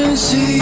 See